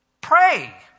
pray